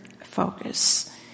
focus